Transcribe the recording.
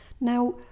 now